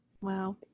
wow